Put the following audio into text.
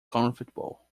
comfortable